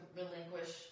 relinquish